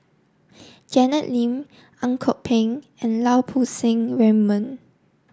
Janet Lim Ang Kok Peng and Lau Poo Seng Raymond